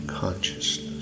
consciousness